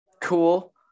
cool